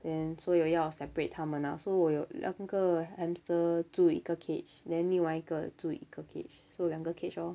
then 所以有要 separate 他们啊 so 我有两个 hamster 住一个 cage then 另外一个住一个 cage so 两个 cage orh